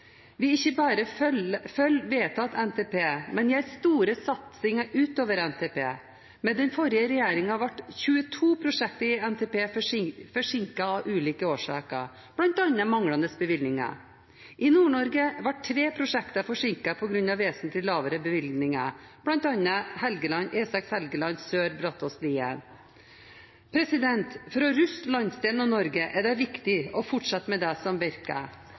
Vi ikke bare følger vedtatt NTP, men gir store satsinger utover NTP. Med den forrige regjeringen ble 22 prosjekter i NTP forsinket av ulike årsaker, bl.a. manglende bevilgninger. I Nord-Norge ble tre prosjekter forsinket på grunn av vesentlig lavere bevilgninger, bl.a. E6 Helgeland sør og E6 Brattås–Lien. For å ruste landsdelen og Norge er det viktig å fortsette med det som virker: